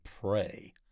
pray